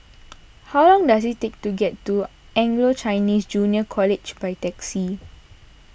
how long does it take to get to Anglo Chinese Junior College by taxi